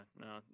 no